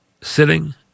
sitting